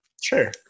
Sure